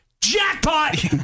jackpot